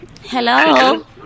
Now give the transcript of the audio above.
Hello